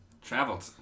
Traveled